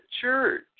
church